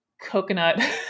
coconut